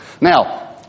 Now